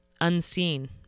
unseen